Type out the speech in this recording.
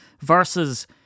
versus